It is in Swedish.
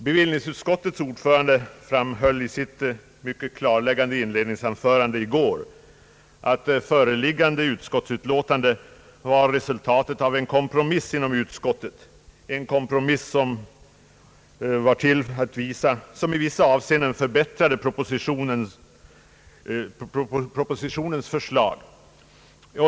Bevillningsutskottets ordförande framhöll i sitt mycket klarläggande inledningsanförande i går att utskottets betänkande var resultatet av en kompromiss inom utskottet, en kompromiss som i vissa avseenden förbättrat propositionens förslag.